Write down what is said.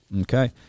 Okay